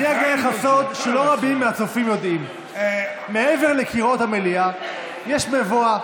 אני אגלה לך סוד שלא רבים מהצופים יודעים: מעבר לקירות המליאה יש מבואה,